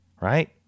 right